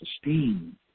esteem